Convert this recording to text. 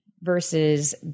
versus